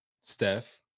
Steph